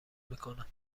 میکنه